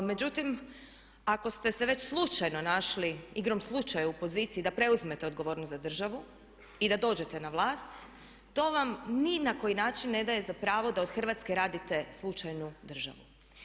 Međutim, ako ste se već slučajno našli, igrom slučaja u poziciji da preuzmete odgovornost za državu i da dođete na vlast to vam ni na koji način ne daje za pravo da od Hrvatske radite slučajnu državu.